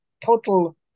total